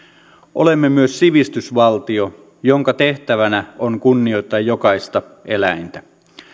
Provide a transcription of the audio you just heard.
olemme myös sivistysvaltio jonka tehtävänä on kunnioittaa jokaista eläintä